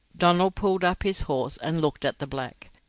donald pulled up his horse and looked at the black.